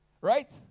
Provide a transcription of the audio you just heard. right